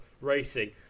racing